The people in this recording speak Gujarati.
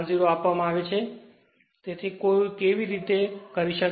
10 આપવામાં આવે છે તેથી કોઈ કેવી રીતે કરી શકે